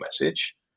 message